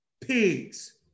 Pigs